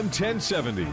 1070